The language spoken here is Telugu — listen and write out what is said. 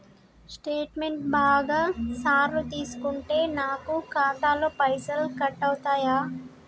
స్టేట్మెంటు బాగా సార్లు తీసుకుంటే నాకు ఖాతాలో పైసలు కట్ అవుతయా?